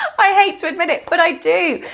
i hate to admit it, but i do,